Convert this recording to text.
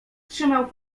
trzymał